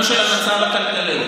גם של המצב הכלכלי.